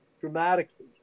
dramatically